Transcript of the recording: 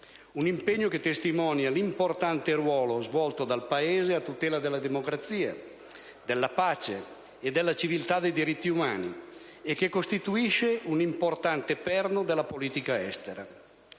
un impegno che testimonia l'importante ruolo svolto dal Paese a tutela della democrazia, della pace e della civiltà dei diritti umani e che costituisce un importante perno della politica estera.